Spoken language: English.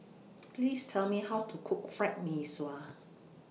Please Tell Me How to Cook Fried Mee Sua